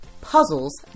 Puzzles